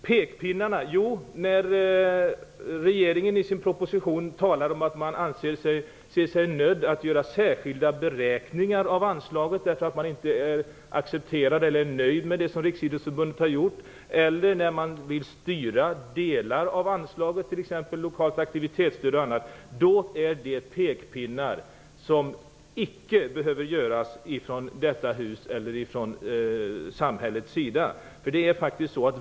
Regeringen talar i sin proposition om att man anser sig nödgad att göra särskilda beräkningar av anslaget, att man inte var nöjd med det som Riksidrottsförbundet hade gjort och ville styra delar av anslaget, t.ex. lokalt aktivitetsstöd. Det är pekpinnar som icke behöver göras från detta hus eller från samhällets sida.